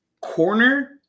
corner